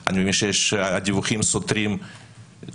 כי אני מבין שיש דיווחים סותרים מצד